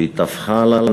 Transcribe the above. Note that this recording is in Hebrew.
שהיא טפחה לנו